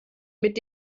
mit